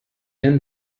been